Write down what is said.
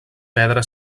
pedra